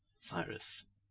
Cyrus